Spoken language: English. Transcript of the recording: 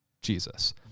Jesus